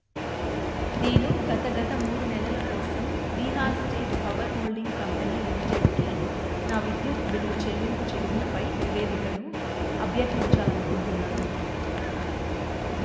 నేను గత గత మూడు నెలల కోసం Bihar state power holding company లిమిటెడ్కి నా విద్యుత్ బిల్లు చెల్లింపు చరిత్రపై నివేదికను అభ్యర్థించాలనుకుంటున్నాను